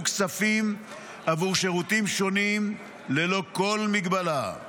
כספים עבור שירותים שונים ללא כל הגבלה.